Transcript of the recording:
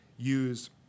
use